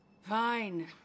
fine